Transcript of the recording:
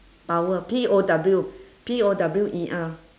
power P O W P O W E R